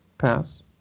Pass